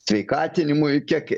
sveikatinimui kiek